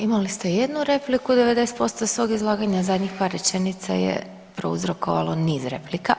Imali ste jednu repliku u 90% svog izlaganja, zadnjih par rečenica je prouzrokovalo niz replika.